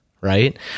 right